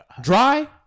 Dry